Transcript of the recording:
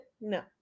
No